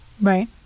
right